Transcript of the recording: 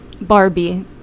Barbie